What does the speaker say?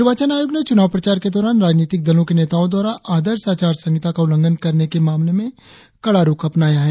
निर्वाचन आयोग ने चुनाव प्रचार के दौरान राजनीतिक दलों के नेताओं द्वारा आदर्श आचार संहिता का उल्लघंन करने के मामले में कड़ा रुख अपनाया है